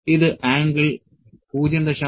ഇത് ആംഗിൾ 0